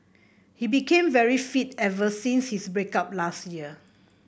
he became very fit ever since his break up last year